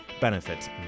benefits